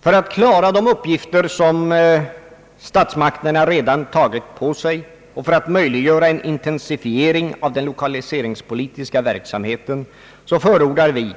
För att klara de uppgifter som statsmakterna redan tagit på sig och för att möjliggöra en intensifiering av den lokaliseringspolitiska verksamheten förordar vi